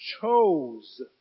chose